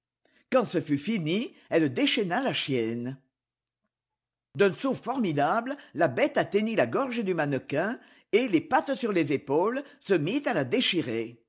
quand ce fut fini elle déchaîna la chienne d'un saut formidable la bête atteignit la gorge du mannequin et les pattes sur les épaules se mit à la déchirer